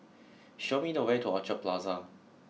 show me the way to Orchard Plaza